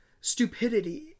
stupidity